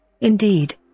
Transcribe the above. Indeed